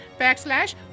backslash